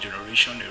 generation